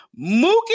mookie